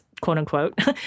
quote-unquote